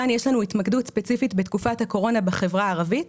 כאן יש לנו התמקדות ספציפית בתקופת הקורונה בחברה הערבית,